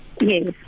Yes